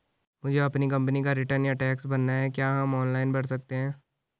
मुझे अपनी कंपनी का रिटर्न या टैक्स भरना है क्या हम ऑनलाइन भर सकते हैं?